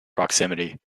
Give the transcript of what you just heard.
proximity